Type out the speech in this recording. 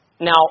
Now